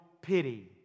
pity